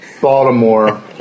Baltimore